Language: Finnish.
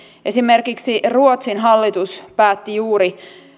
esimerkiksi ruotsin hallitus päätti juuri